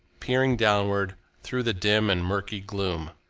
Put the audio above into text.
peering downwards through the dim and murky gloom.